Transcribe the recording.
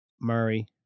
Murray